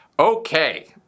Okay